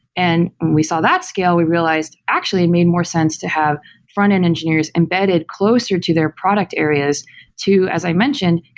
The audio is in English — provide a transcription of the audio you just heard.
and when we saw that scale, we realized, actually it made more sense to have front end engineers embedded closer to their product areas to, as i mentioned,